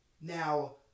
Now